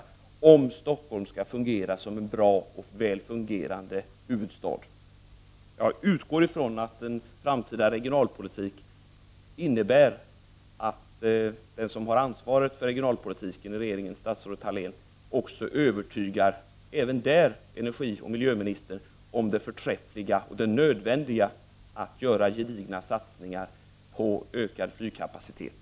Det är nödvändigt om Stockholm skall vara som en bra och väl fungerande huvudstad. Jag utgår från att en framtida regionalpolitik innebär att den som har ansvaret för regionalpolitiken i regeringen — statsrådet Ingela Thalén — övertygar även där miljöoch energiministern om det förträffliga och nödvändiga i att gedigna satsningar görs för att åstadkomma en ökad flygkapacitet.